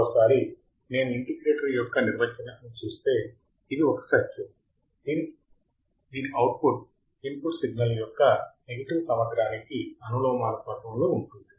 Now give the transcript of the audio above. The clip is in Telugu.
మరోసారి నేను ఇంటిగ్రేటర్ యొక్క నిర్వచనాన్ని చూస్తే ఇది ఒక సర్క్యూట్ దీని అవుట్పుట్ ఇన్పుట్ సిగ్నల్ యొక్క నెగెటివ్ సమగ్రానికి అనులోమానుపాతంలో ఉంటుంది